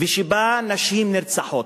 ושבה נשים נרצחות.